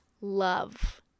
love